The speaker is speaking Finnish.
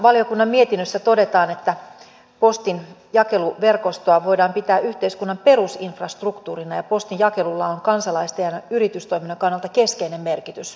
valiokunnan mietinnössä todetaan että postin jakeluverkostoa voidaan pitää yhteiskunnan perusinfrastruktuurina ja postin jakelulla on kansalaisten ja yritystoiminnan kannalta keskeinen merkitys